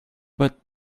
but